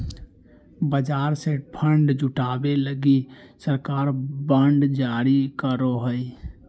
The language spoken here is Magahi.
बाजार से फण्ड जुटावे लगी सरकार बांड जारी करो हय